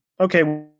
okay